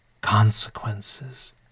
consequences